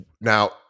Now